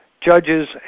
judges